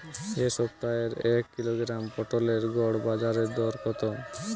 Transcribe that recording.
এ সপ্তাহের এক কিলোগ্রাম পটলের গড় বাজারে দর কত?